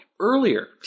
earlier